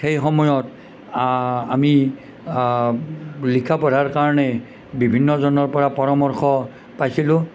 সেই সময়ত আমি লিখা পঢ়াৰ কাৰণে বিভিন্নজনৰ পৰা পৰামৰ্শ পাইছিলোঁ